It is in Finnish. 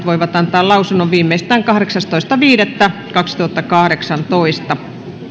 voivat antaa lausunnon viimeistään kahdeksastoista viidettä kaksituhattakahdeksantoista